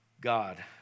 God